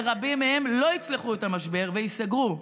ורבים מהם לא יצלחו את המשבר וייסגרו.